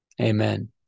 Amen